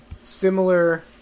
Similar